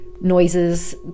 noises